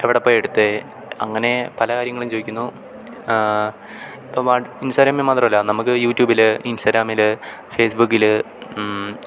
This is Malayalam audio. എവിടെ പോയാണ് എടുത്തത് അങ്ങനെ പല കാര്യങ്ങളും ചോയിക്കുന്നു ഇപ്പം വാട്ട് ഇൻസ്റ്റാഗ്രാമിൽ മാത്രമല്ല നമുക്ക് യൂട്യൂബിൽ ഇൻസ്റ്റാഗ്രാമിൽ ഫേസ്ബുക്കിൽ